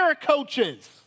coaches